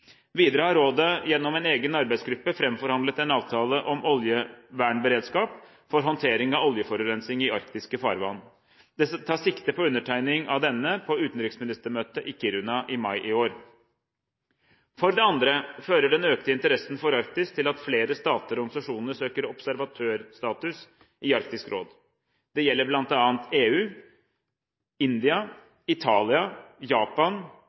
Videre har rådet gjennom en egen arbeidsgruppe framforhandlet en avtale om oljevernberedskap for håndtering av oljeforurensning i arktiske farvann. Det tas sikte på undertegning av denne på utenriksministermøtet i Kiruna i mai i år. For det andre fører den økte interessen for Arktis til at flere stater og organisasjoner søker observatørstatus i Arktisk råd. Det gjelder bl.a. EU, India, Italia, Japan,